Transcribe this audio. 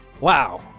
wow